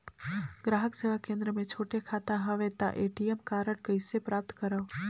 ग्राहक सेवा केंद्र मे छोटे खाता हवय त ए.टी.एम कारड कइसे प्राप्त करव?